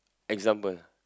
example